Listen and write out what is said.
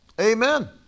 Amen